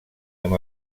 amb